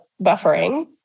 buffering